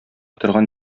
торган